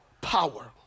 Power